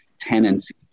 tenancy